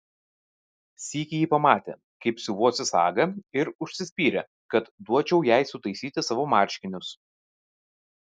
sykį ji pamatė kaip siuvuosi sagą ir užsispyrė kad duočiau jai sutaisyti savo marškinius